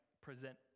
present